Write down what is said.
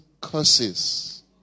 curses